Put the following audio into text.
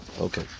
Okay